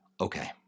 okay